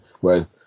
whereas